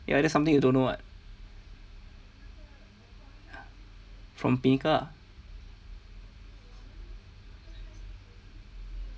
ya that's something you don't know [what] from pinnacle ah